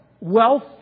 wealth